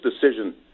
decision